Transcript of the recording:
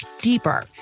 deeper